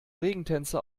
regentänze